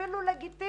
זה אפילו לגיטימי